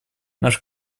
наш